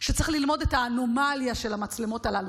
שצריך ללמוד את האנומליה שלהן,